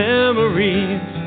Memories